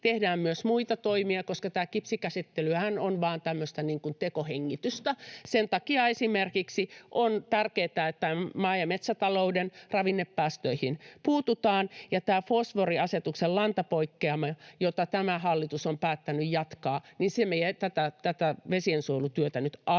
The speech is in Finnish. tehdään myös muita toimia, koska tämä kipsikäsittelyhän on vain tämmöistä tekohengitystä. Sen takia esimerkiksi on tärkeätä, että maa- ja metsätalouden ravinnepäästöihin puututaan. Tämä fosforiasetuksen lantapoikkeama, jota tämä hallitus on päättänyt jatkaa, vie tätä vesiensuojelutyötä nyt aivan